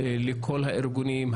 לכל הארגונים,